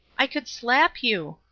i could slap you.